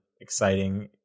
exciting